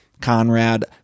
Conrad